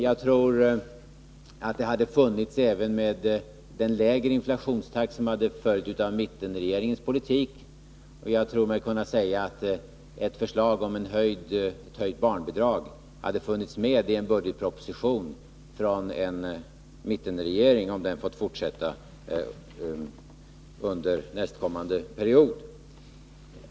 Jag tror att det hade funnits skäl till det även med den lägre inflationstakt som hade blivit en följd av mittenregeringens politik, och jag tror mig kunna säga att ett förslag om ett höjt barnbidrag hade funnits med i en budgetproposition från 115 mittenregeringen, om den hade fått fortsätta under innevarande period.